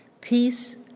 Peace